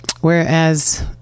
whereas